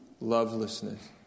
lovelessness